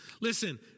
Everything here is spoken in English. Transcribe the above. Listen